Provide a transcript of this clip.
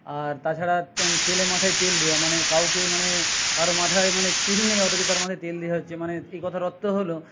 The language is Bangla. আর তাছাড়া তেলে মাথায় তেল দেওয়া মানে কাউকে মানে কারো মাথায় মানে চুল নেই অথচ তার মানে তেল দেওয়া হচ্ছে মানে এই কথার অর্থ হলো